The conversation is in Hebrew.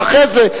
ואחרי זה,